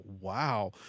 Wow